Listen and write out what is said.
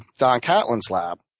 don catlin's lab.